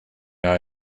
eye